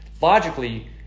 logically